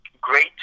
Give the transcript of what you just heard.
great